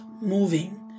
moving